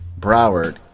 Broward